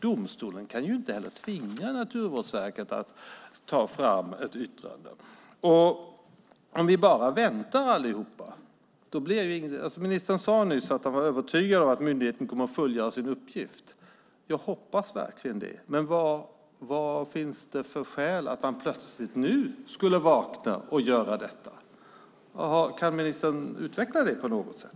Domstolen kan inte tvinga Naturvårdsverket att ta fram ett yttrande. Ministern sade nyss att han var övertygad om att myndigheten kommer att fullgöra sin uppgift. Jag hoppas verkligen det. Men vad finns det för skäl för att man nu plötsligt skulle vakna och göra detta? Kan ministern utveckla det på något sätt?